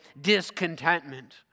discontentment